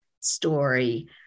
story